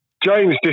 James